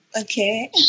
Okay